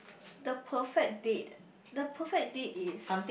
the perfect date the perfect date is